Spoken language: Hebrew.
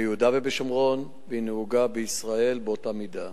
ביהודה ובשומרון, והיא נהוגה בישראל באותה מידה.